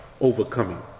overcoming